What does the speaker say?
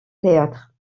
théâtre